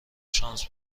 شانس